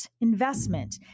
investment